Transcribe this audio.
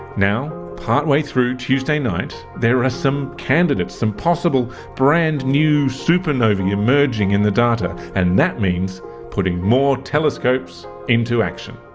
now, partway through tuesday night there are some candidates, some possible brand-new supernovae emerging in the data, and that means putting more telescopes into action.